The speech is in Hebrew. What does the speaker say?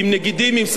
עם אנחל גורייה,